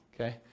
Okay